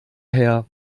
her